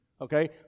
Okay